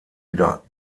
wieder